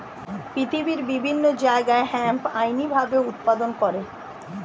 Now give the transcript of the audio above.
পৃথিবীর বিভিন্ন জায়গায় হেম্প আইনি ভাবে উৎপাদন করে